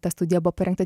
ta studija buvo parengta